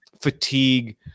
fatigue